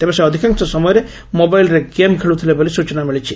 ତେବେ ସେ ଅଧିକାଂଶ ସମୟରେ ମୋବାଇଲ୍ରେ ଗେମ୍ ଖେଳୁଥିଲେ ବୋଲି ସୂଚନା ମିଳିଛି